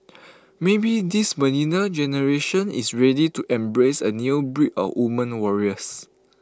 maybe this millennial generation is ready to embrace A new breed of woman warriors